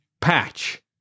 Patch